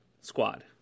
squad